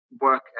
work